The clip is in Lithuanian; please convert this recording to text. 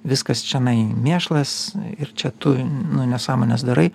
viskas čionai mėšlas ir čia tu nu nesąmones darai